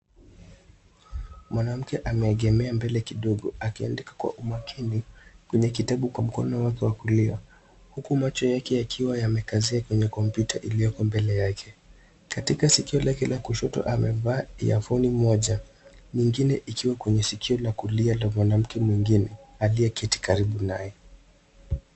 Mwanamke ameegemea mbele kidogo akiandika kwa umakini kwenye kitabu kwa mkono wake wa kulia huku macho yake yakiwa yamekazia kwenye kompyuta iliyoko mbele yake. Katika sikio lake kushoto amevaa earphone moja na ingine ikiwa kwenye sikio la kulia la mwanamke mwengine aliyeketi karibu naye.